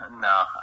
no